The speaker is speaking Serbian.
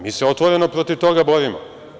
Mi se otvoreno protiv toga borimo.